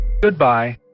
Goodbye